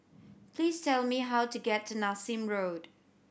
please tell me how to get to Nassim Road